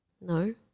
No